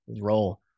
Roll